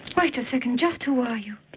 wait a second. just who are you?